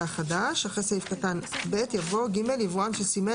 (ב)אחרי סעיף קטן (ב) יבוא: "(ג)יבואן שסימן